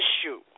issue